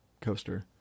coaster